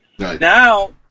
Now